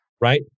right